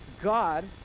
God